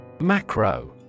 Macro